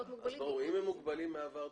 מוגבלים בעקבות --- אם הם מוגבלים מהעבר,